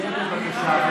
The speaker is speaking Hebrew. תהיה בבקשה בשקט.